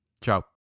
Ciao